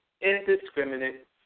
indiscriminate